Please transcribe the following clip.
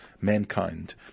mankind